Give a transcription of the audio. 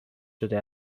شده